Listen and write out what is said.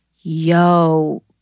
Yo